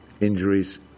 injuries